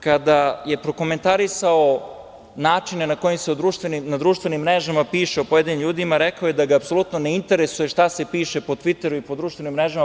Kada je prokomentarisao načine na kojim se na društvenim mrežama piše o pojedinim ljudima rekao je da ga apsolutno ne interesuje šta se piše po Tviteru i po društvenim mrežama.